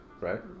right